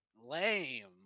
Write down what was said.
Lame